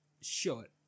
sure